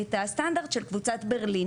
את הסטנדרט של קבוצת ברלין.